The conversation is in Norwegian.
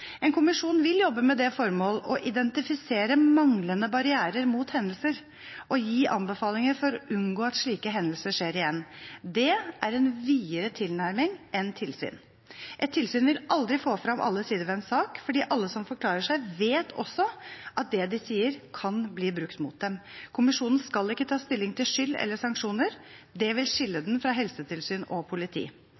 En kommisjon vil jobbe med det formål å identifisere manglende barrierer mot hendelser og gi anbefalinger for å unngå at slike hendelser skjer igjen. Det er en videre tilnærming enn et tilsyn vil ha. Et tilsyn vil aldri få frem alle sider ved en sak, fordi alle som forklarer seg, også vet at det de sier, kan bli brukt mot dem. Kommisjonen skal ikke ta stilling til skyld eller sanksjoner, det vil skille